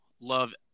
Love